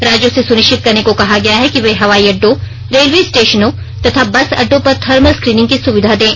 राज्यों से सुनिश्चित करने को कहा गया है कि वे हवाई अड्डों रेलवे स्टेशनों तथा बस अड्डों पर थर्मल स्क्रीनिंग की सुविधा दें